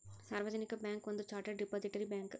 ಸಾರ್ವಜನಿಕ ಬ್ಯಾಂಕ್ ಒಂದ chartered depository bank